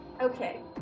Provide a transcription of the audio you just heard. Okay